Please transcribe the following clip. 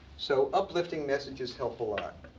so uplifting messages help a lot.